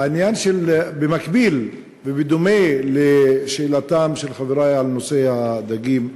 במקביל ובדומה לשאלתם של חברי בנושא הדגים,